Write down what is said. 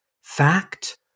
Fact